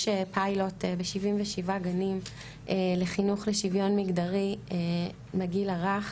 יש פיילוט ב-77 גנים לחינוך לשוויון מגדרי בגיל הרך.